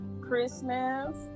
christmas